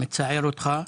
מצער אותך.